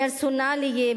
פרסונליים,